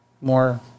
more